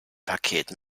paket